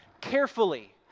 carefully